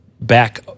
back